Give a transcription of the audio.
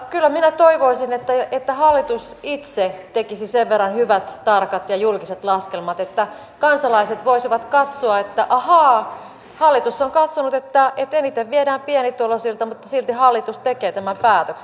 kyllä minä toivoisin että hallitus itse tekisi sen verran hyvät tarkat ja julkiset laskelmat että kansalaiset voisivat katsoa että ahaa hallitus on katsonut että eniten viedään pienituloisilta mutta silti hallitus tekee tämän päätöksen